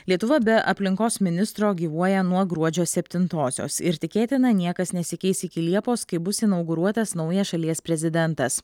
lietuva be aplinkos ministro gyvuoja nuo gruodžio septintosios ir tikėtina niekas nesikeis iki liepos kai bus inauguruotas naujas šalies prezidentas